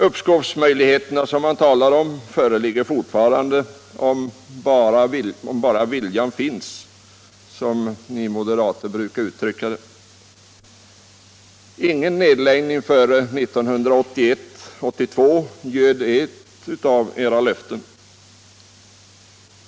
Uppskovsmöjligheterna som det talades om föreligger fortfarande, ”om bara viljan finns”, som ni moderater brukar uttrycka det. Ingen nedläggning före 1981/82 löd ett av era löften.